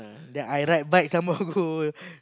then I ride bike some more go